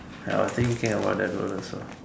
I was thinking about that roller also